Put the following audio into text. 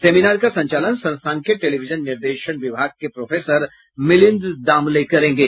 seminar का संचालन संस्थान के टेलीविजन निर्देशन विभाग के प्रोफेसर मिलिंद दामले करेंगे